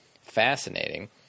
fascinating